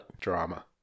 drama